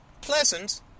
Pleasant